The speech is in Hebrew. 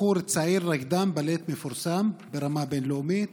בחור צעיר, רקדן בלט מפורסם ברמה בין-לאומית